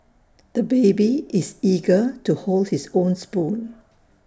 the baby is eager to hold his own spoon